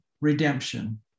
redemption